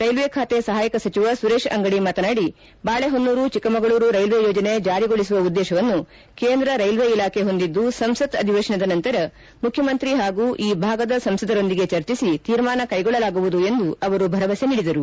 railway ಖಾತೆ ಸಹಾಯಕ ಸಚಿವ ಸುರೇಶ್ ಅಂಗಡಿ ಮಾತನಾಡಿ ಬಾಳೆಹೊನ್ನೂರು ಚಿಕ್ಕಮಗಳೂರು ರೈಲ್ವೆ ಯೋಜನೆ ಜಾರಿಗೊಳಿಸುವ ಉದ್ದೇಶವನ್ನು ಕೇಂದ್ರ ರೈಲ್ವೆ ಇಲಾಖೆ ಹೊಂದಿದ್ದು ಸಂಸತ್ ಅಧಿವೇಶನದ ನಂತರ ಮುಖ್ಯಮಂತ್ರಿ ಹಾಗೂ ಈ ಭಾಗದ ಸಂಸದರೊಂದಿಗೆ ಚರ್ಚಿಸಿ ತೀರ್ಮಾನ ಕೈಗೊಳ್ಳಲಾಗುವುದು ಎಂದು ಅವರು ಭರವಸೆ ನೀಡಿದರು